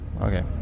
okay